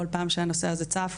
כל פעם שהנושא הזה צף,